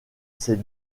ces